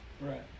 Right